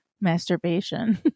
masturbation